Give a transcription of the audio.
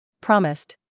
Promised